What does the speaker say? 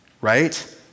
right